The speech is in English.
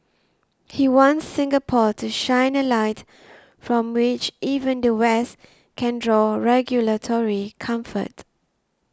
he wants Singapore to shine a light from which even the West can draw regulatory comfort